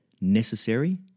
necessary